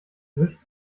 wischt